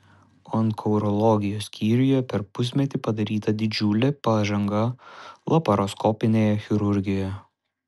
onkourologijos skyriuje per pusmetį padaryta didžiulė pažanga laparoskopinėje chirurgijoje